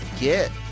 get